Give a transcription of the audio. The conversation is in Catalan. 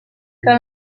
que